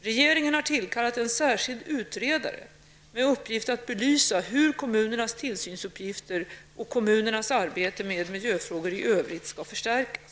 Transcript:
Regeringen har tillkallat en särskild utredare med uppgift att belysa hur kommunernas tillsynsuppgifter och kommunernas arbete med miljöfrågor i övrigt skall förstärkas.